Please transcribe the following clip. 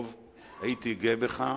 הייתי גאה בך,